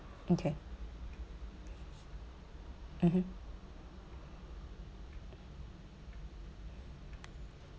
okay mmhmm